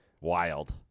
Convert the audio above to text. Wild